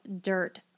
dirt